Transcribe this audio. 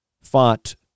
fought